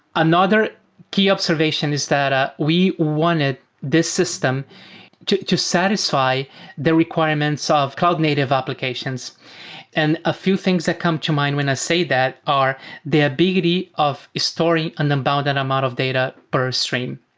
another key observation is that we wanted this system to to satisfy the requirements of cloud native applications and a few things that come to mind when i say that are the ability of storing an amount and amount of data per stream.